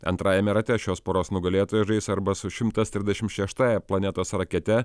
antrajame rate šios poros nugalėtoja žais arba su šimtas trisdešimt šeštąja planetos rakete